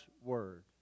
word